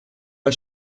pas